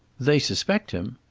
they suspect him.